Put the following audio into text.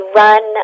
run